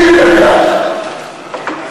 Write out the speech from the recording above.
תקשיבי דקה,